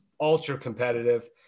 ultra-competitive